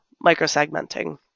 micro-segmenting